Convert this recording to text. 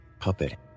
puppet